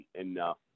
enough